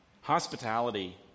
Hospitality